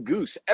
Goose